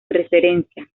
referencia